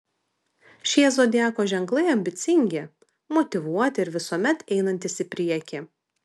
šie zodiako ženklai ambicingi motyvuoti ir visuomet einantys į priekį